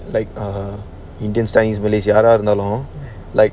like err indian style village யாராஇருந்தாலும்:yaara irundhalum like